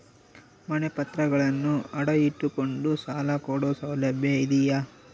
ಮನೆ ಪತ್ರಗಳನ್ನು ಅಡ ಇಟ್ಟು ಕೊಂಡು ಸಾಲ ಕೊಡೋ ಸೌಲಭ್ಯ ಇದಿಯಾ?